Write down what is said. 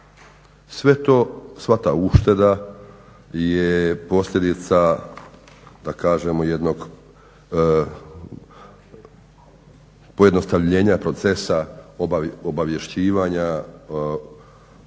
Sve to sva ta ušteda je posljedica da kažemo jednog pojednostavljenja procesa obavješćivanja